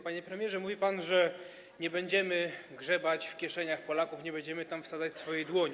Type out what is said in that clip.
Panie premierze, mówi pan, że nie będziemy grzebać w kieszeniach Polaków, nie będziemy tam wsadzać dłoni.